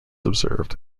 observed